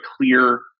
clear